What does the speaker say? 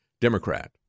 Democrat